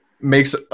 makes